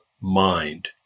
mind